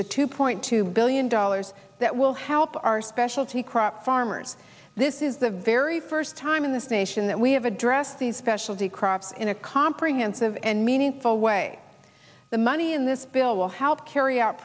the two point two billion dollars that will help our specialty crops farmers this is the very first time in this nation that we have addressed these specialty crops in a comprehensive and meaningful way the money in this bill will help carry out